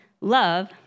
Love